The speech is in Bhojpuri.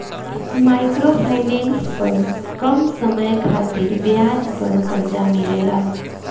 माइक्रो फाइनेंस पर कम समय खातिर ब्याज पर कर्जा मिलेला